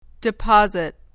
Deposit